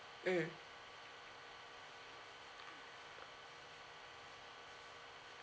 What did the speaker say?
mm